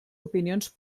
opinions